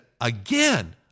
again